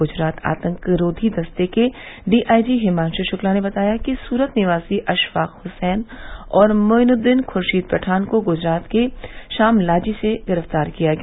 गुजरात आतंकरोधी दस्ते के डीआईजी हिमांशु शुक्ला ने बताया कि सूरत निवासी अशफाक हुसैन और मोइनुद्दीन खुशीद पठान को गुजरात के शामलाजी से गिरफ्तार किया गया